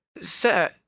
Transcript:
Sir